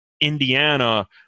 Indiana